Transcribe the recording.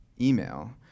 email